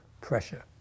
pressure